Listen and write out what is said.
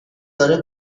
داره